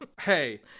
Hey